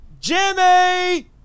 Jimmy